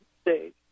stage